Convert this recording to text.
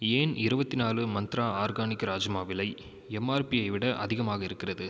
ஏன் இருபத்தி நாலு மந்த்ரா ஆர்கானிக் ராஜ்மா விலை எம்ஆர்பியை விட அதிகமாக இருக்கிறது